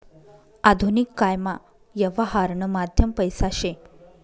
आधुनिक कायमा यवहारनं माध्यम पैसा शे